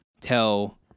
tell